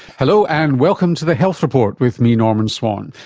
hello, and welcome to the health report with me, norman swan.